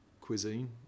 cuisine